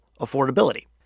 affordability